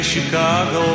Chicago